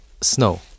snow